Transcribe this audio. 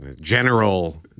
general